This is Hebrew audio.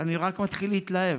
אני רק מתחיל להתלהב,